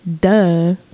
Duh